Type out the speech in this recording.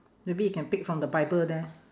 maybe you can pick from the bible there